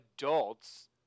adults